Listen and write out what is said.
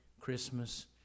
Christmas